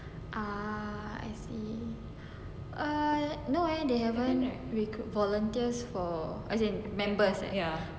ah I see err no eh they haven't recruit volunteers for I say members